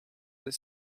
the